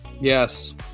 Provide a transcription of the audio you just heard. Yes